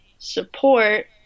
support